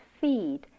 feed